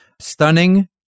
stunning